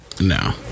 No